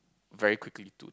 very quickly to